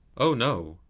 oh no,